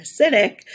acidic